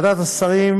מה זה שהות מספקת?